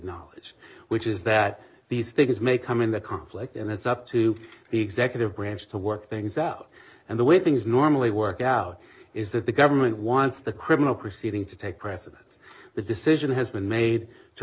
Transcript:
acknowledge which is that these things may come in the conflict and it's up to the executive branch to work things out and the way things normally work out is that the government wants the criminal proceeding to take precedence the decision has been made to